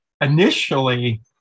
initially